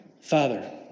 Father